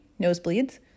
nosebleeds